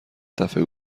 دفعه